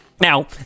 now